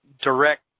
direct